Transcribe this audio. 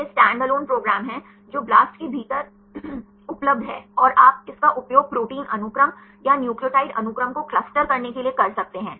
यह standalone program है जो BLAST के भीतर उपलब्ध है और आप इसका उपयोग प्रोटीन अनुक्रम या न्यूक्लियोटाइड अनुक्रम को क्लस्टर करने के लिए कर सकते हैं